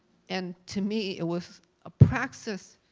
and to me it was a praxis,